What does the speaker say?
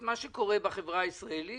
מה שקורה בחברה הישראלית